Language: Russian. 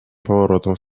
поворотом